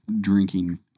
drinking